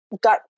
got